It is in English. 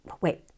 wait